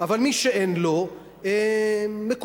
אבל מי שאין לו, מקופח.